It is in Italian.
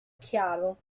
chiaro